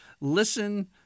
listen